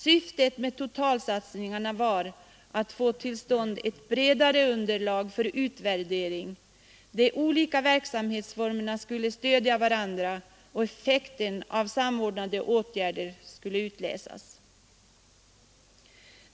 Syftet med totalsatsningarna var att få till stånd ett bredare underlag för utvärdering; de olika verksamhetsformerna skulle stödja varandra, och effekten av samordnade åtgärder skulle utläsas.